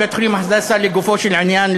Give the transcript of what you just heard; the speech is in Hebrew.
בבית-חולים ”הדסה" לגופו של עניין,